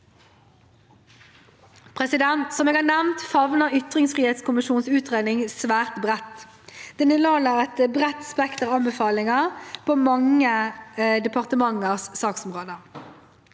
lovforslaget. Som jeg har nevnt, favner ytringsfrihetskommisjonens utredning svært bredt. Den inneholder et bredt spekter av anbefalinger på mange departementers saksområder.